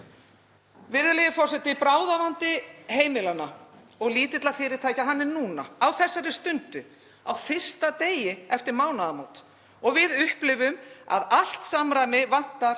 Virðulegi forseti. Bráðavandi heimila og lítilla fyrirtækja er núna. Á þessari stundu. Á fyrsta degi eftir mánaðamót. Og við upplifum að allt samræmi vantar